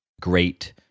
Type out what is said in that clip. great